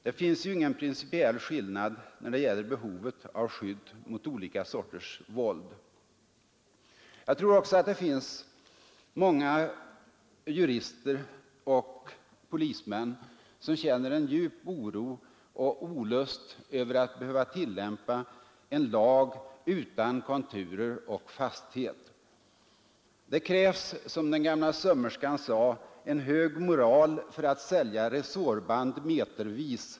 Det finns ju ingen principiell skillnad när det gäller behovet av skydd mot olika sorters våld?” Jag tror också att det finns många jurister och polismän som känner djup oro och olust över att behöva tillämpa en lag utan konturer och fasthet. Det krävs, som den gamla sömmerskan sade, en hög moral för att sälja resårband metervis.